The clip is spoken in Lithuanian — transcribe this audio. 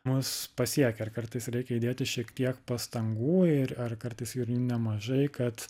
mus pasiekia ir kartais reikia įdėti šiek tiek pastangų ir ar kartais jų ir nemažai kad